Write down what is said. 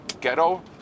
ghetto